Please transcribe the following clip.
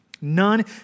None